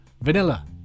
vanilla